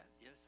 Yes